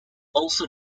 also